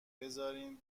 بذارین